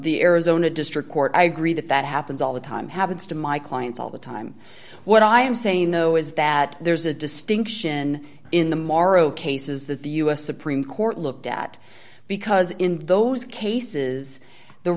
the arizona district court i agree that that happens all the time happens to my clients all the time what i am saying though is that there's a distinction in the maro cases that the u s supreme court looked at because in those cases the